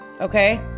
Okay